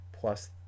plus